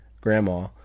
grandma